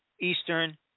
Eastern